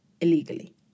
illegally